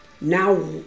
Now